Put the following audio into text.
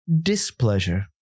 displeasure